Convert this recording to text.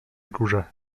górze